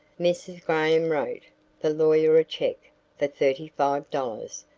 mrs. graham wrote the lawyer a check for thirty five dollars,